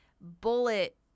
Bullet